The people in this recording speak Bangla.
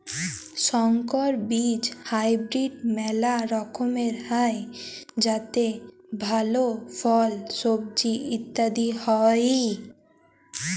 সংকর বীজ হাইব্রিড মেলা রকমের হ্যয় যাতে ভাল ফল, সবজি ইত্যাদি হ্য়য়